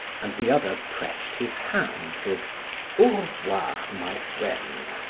and the other pressed his hand with au revoir, my friend.